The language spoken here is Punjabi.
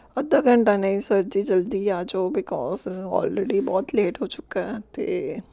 ਅੱਧਾ ਘੰਟਾ ਨਹੀਂ ਸਰ ਜੀ ਜਲਦੀ ਆ ਜਾਓ ਬਿਕੋਜ ਔਲਰੇਡੀ ਬਹੁਤ ਲੇਟ ਹੋ ਚੁੱਕਾ ਅਤੇ